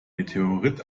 meteorit